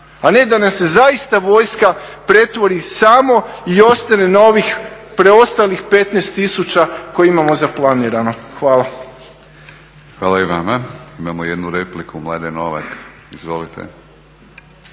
a ne da nam se zaista vojska pretvori samo i ostane na ovih preostalih 15 tisuća koje imamo za planirano. Hvala. **Batinić, Milorad (HNS)** Hvala i vama. Imamo jednu repliku. Mladen Novak. Izvolite.